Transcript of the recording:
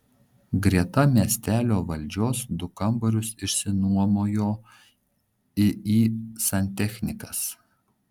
greta miestelio valdžios du kambarius išsinuomojo iį santechnikas